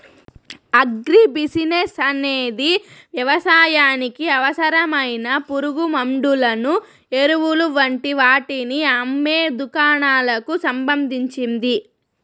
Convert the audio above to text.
agri business అనేది వ్యవసాయానికి అవసరమైన పురుగుమండులను, ఎరువులు వంటి వాటిని అమ్మే దుకాణాలకు సంబంధించింది